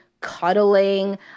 cuddling